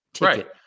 Right